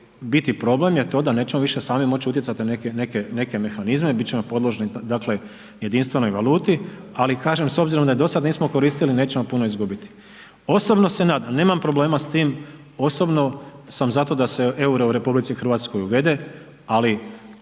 biti problem je to da nećemo više sami moći utjecati na neke mehanizme, biti ćemo podložni dakle jedinstvenoj valuti. Ali kažem s obzirom da je do sada nismo koristili nećemo puno izgubiti. Osobno se nadam, nemam problema s time, osobno sam za to da se euro u RH uvede ali